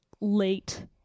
late